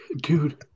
Dude